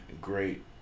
great